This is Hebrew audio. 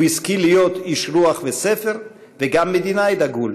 הוא השכיל להיות איש רוח וספר, וגם מדינאי דגול,